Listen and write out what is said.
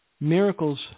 miracles